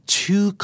two